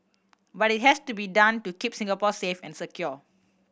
but it has to be done to keep Singapore safe and secure